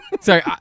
Sorry